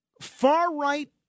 far-right